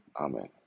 Amen